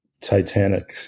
Titanic